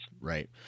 Right